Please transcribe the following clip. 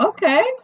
Okay